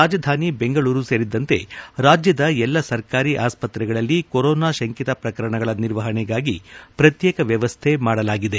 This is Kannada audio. ರಾಜಧಾನಿ ಬೆಂಗಳೂರು ಸೇರಿದಂತೆ ರಾಜ್ಯದ ಎಲ್ಲಾ ಸರ್ಕಾರಿ ಆಸ್ಪತ್ರೆಗಳಲ್ಲಿ ಕೊರೋನಾ ಶಂಕತ ಪ್ರಕರಣಗಳ ನಿರ್ವಹಣೆಗಾಗಿ ಪ್ರತ್ಯೇಕ ವ್ಯವಸ್ಥೆ ಮಾಡಲಾಗಿದೆ